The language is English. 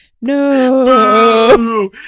no